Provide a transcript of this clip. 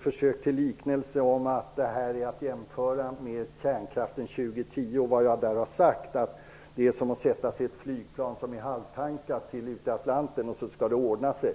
försök till liknelse om att detta med vad jag sagt om kärnkraften år 2010 är att jämföra med att sätta sig i ett flygplan som är halvtankat och fara i väg över Atlanten och hoppas att det skall ordna sig.